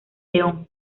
león